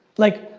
like,